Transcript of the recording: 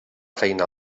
feina